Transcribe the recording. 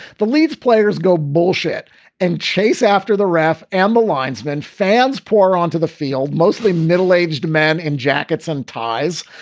the leeds players go bullshit and chase after the ref and the linesman fans pour onto the field, mostly middle aged men in jackets and ties.